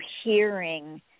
hearing